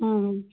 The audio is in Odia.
ହୁଁ ହୁଁ